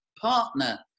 partner